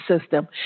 system